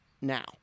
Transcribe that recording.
now